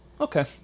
Okay